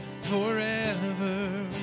forever